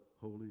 Holy